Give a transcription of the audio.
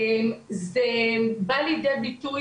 זה בא לידי ביטוי,